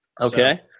okay